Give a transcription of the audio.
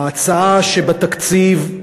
ההצעה שבתקציב,